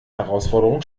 herausforderung